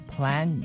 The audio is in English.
Plan